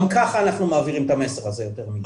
גם ככה אנחנו מעבירים את המסר הזה יותר מדי.